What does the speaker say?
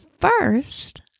first